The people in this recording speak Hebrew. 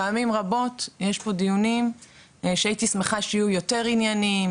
פעמים רבות יש פה דיונים שהייתי שמחה שיהיו יותר ענייניים,